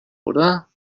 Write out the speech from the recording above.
oder